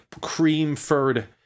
cream-furred